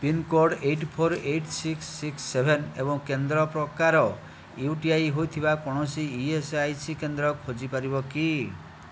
pin code eight four eight six six seven ଏବଂ କେନ୍ଦ୍ର ପ୍ରକାର ୟୁ ଟି ଆଇ ହୋଇଥିବା କୌଣସି ଇ ଏସ୍ ଆଇ ସି କେନ୍ଦ୍ର ଖୋଜିପାରିବ କି